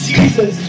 Jesus